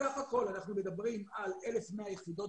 בסך הכול אנחנו מדברים על 1,100 יחידות